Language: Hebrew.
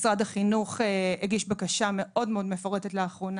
משרד החינוך הגיש בקשה מאוד מאוד מפורטת לאחרונה,